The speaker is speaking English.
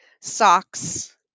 socks